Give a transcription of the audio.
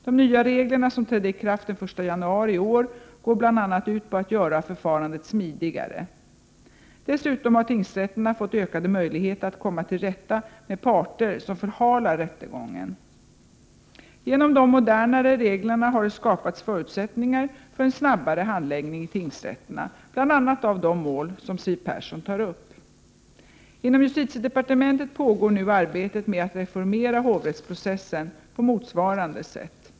De nya reglerna, som trädde i kraft den 1 januari 1988, går bl.a. ut på att göra förfarandet smidigare. Dessutom har tingsrätterna fått ökade möjligheter att komma till rätta med parter som förhalar rättegången. Genom de modernare reglerna har det skapats förutsättningar för en snabbare handläggning i tingsrätterna av bl.a. de mål som Siw Persson tar upp. Inom justitiedepartementet pågår nu arbete med att reformera hovrättsprocessen på motsvarande sätt.